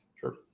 Sure